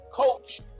coach